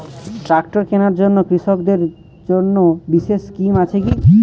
Tractor কেনার জন্য কৃষকদের জন্য বিশেষ স্কিম আছে কি?